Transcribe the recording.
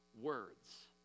words